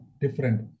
different